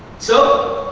so,